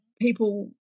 people